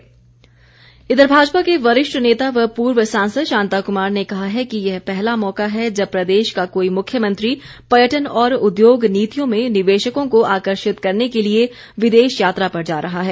शांता कुमार इधर भाजपा के वरिष्ठ नेता व पूर्व सांसद शांता कुमार ने कहा है कि ये पहला मौका है जब प्रदेश का कोई मुख्यमंत्री पर्यटन और उद्योग नीतियों में निवेशकों को आकर्षित करने के लिए विदेश यात्रा पर जा रहा है